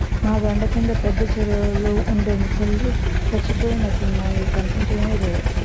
మా బండ కింద పెద్ద చెరువులో ఉండే మొసల్లు సచ్చిపోయినట్లున్నాయి కనిపించడమే లేదు